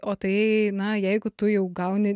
o tai na jeigu tu jau gauni